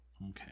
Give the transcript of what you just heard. Okay